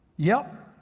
yep,